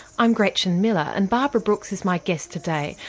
i'm gretchen miller, and barbara brooks is my guest today,